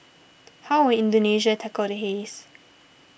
how will Indonesia tackle the haze